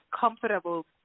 comfortable